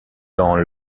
dans